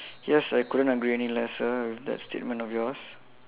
yes I couldn't agree any lesser with that statement of yours